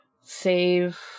save